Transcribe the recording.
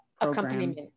accompaniment